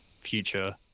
future